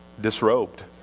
disrobed